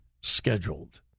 scheduled